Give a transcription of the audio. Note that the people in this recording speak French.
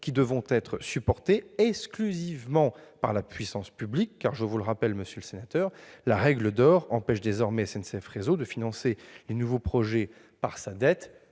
qui devra être supporté exclusivement par la puissance publique. En effet, je le rappelle, la « règle d'or » empêche désormais SNCF Réseau de financer les nouveaux projets par sa dette,